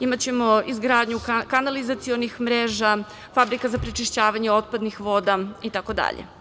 Imaćemo izgradnju kanalizacionih mreža, fabrika za prečišćavanje otpadnih voda itd.